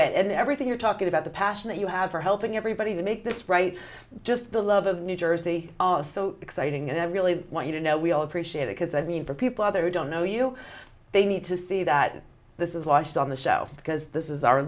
it and everything you're talking about the passion that you have for helping everybody to make this right just the love of new jersey oh it's so exciting and i really want you to know we all appreciate it because i mean for people other don't know you they need to see that this is launched on the show because this is our